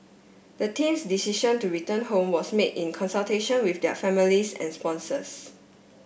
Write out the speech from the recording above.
the team's decision to return home was made in consultation with their families and sponsors